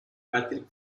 patrick